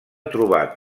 trobar